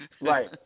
Right